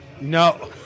No